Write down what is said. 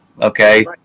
Okay